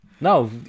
No